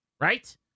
Right